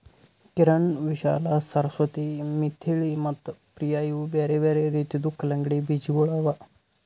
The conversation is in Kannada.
ಕಿರಣ್, ವಿಶಾಲಾ, ಸರಸ್ವತಿ, ಮಿಥಿಳಿ ಮತ್ತ ಪ್ರಿಯ ಇವು ಬ್ಯಾರೆ ಬ್ಯಾರೆ ರೀತಿದು ಕಲಂಗಡಿ ಬೀಜಗೊಳ್ ಅವಾ